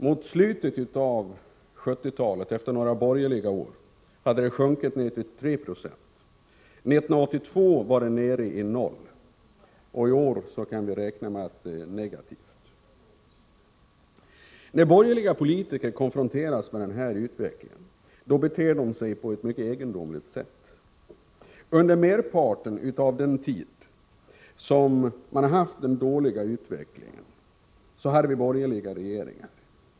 Mot slutet av 1970-talet, efter några borgerliga år, hade den sjunkit ner till 3 90. 1982 var den nere i 0, och i år kan vi räkna med att den blir negativ. När borgerliga politiker konfronteras med denna utveckling beter de sig på ett mycket egendomligt sätt. Under merparten av den tid som sparandet utvecklades negativt hade vi borgerliga regeringar.